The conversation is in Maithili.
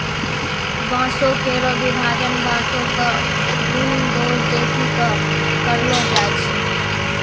बांसों केरो विभाजन बांसों क गुन दोस देखि कॅ करलो जाय छै